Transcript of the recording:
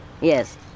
yes